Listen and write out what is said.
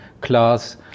class